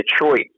detroit